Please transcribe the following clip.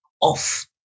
off